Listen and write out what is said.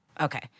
okay